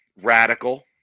radical